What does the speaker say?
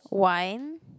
wine